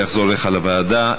זה יחזור אליך לוועדה,